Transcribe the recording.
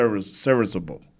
serviceable